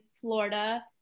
Florida